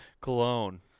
cologne